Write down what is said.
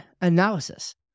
analysis